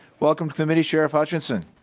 welcome to the committee. sheriff hutchinson.